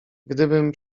gdybym